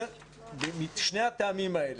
משני הטעמים האלה,